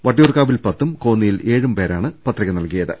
വട്ടിയൂർക്കാവിൽ പത്തും കോന്നിയിൽ ഏഴും പേരാണ് പത്രിക നൽകിയത്